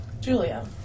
Julia